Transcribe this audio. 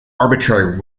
arbitrary